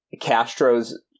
Castro's